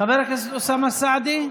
חבר הכנסת אוסאמה סעדי,